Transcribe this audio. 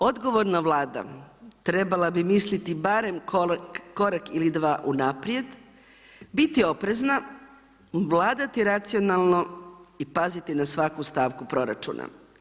Odgovorna Vlada trebala bi misliti barem korak ili dva unaprijed, biti oprezna, vladati racionalno i paziti na svaku stavku proračuna.